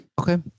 Okay